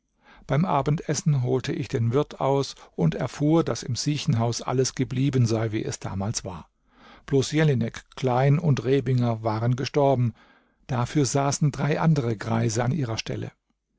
beim abendessen holte ich den wirt aus und erfuhr daß im siechenhaus alles geblieben sei wie es damals war bloß jelinek klein und rebinger waren gestorben dafür saßen drei andere greise an ihrer stelle